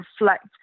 reflect